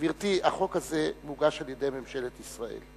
גברתי, החוק הזה הוגש על-ידי ממשלת ישראל.